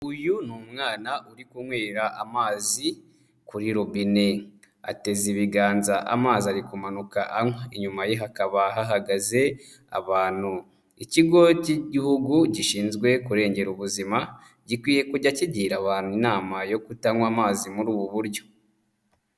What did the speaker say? Uyu ni umwana uri kunywera amazi kuri robine, ateze ibiganza amazi ari kumanuka anywa, inyuma ye hakaba hahagaze abantu. Ikigo cy'igihugu gishinzwe kurengera ubuzima gikwiye kujya kigira abantu inama yo kutanywa amazi muri ubu buryo.